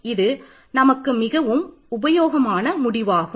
இது நமக்கு மிகவும் உபயோகமான முடிவாகும்